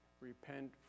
repent